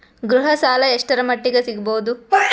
ಗೃಹ ಸಾಲ ಎಷ್ಟರ ಮಟ್ಟಿಗ ಸಿಗಬಹುದು?